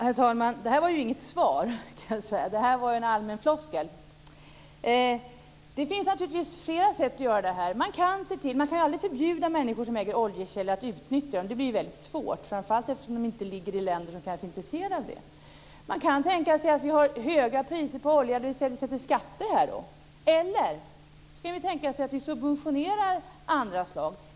Herr talman! Det här var ju inget svar. Det var en allmän floskel. Det finns naturligtvis flera sätt att göra detta på. Man kan aldrig förbjuda människor som äger oljekällor att utnyttja dem. Det blir väldigt svårt, framför allt eftersom de ligger i länder som kanske inte är intresserade. Man kan tänka sig att vi har höga priser på olja, dvs. att vi beskattar den. Man kan också tänka sig att vi subventionerar andra energislag.